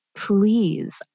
please